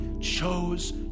chose